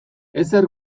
ezer